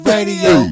Radio